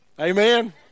Amen